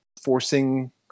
forcing